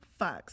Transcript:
fucks